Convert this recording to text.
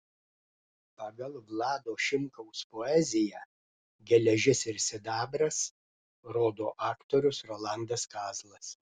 pagal vlado šimkaus poeziją geležis ir sidabras rodo aktorius rolandas kazlas